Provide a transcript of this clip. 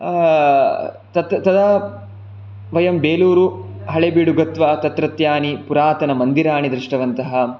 तत् तदा वयं बेलूरु हलेबीडु गत्वा तत्रत्यानि पुरातनमन्दिराणि दृष्टवन्तः